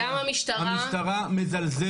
המשטרה מזלזלת.